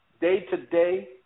day-to-day